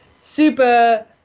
super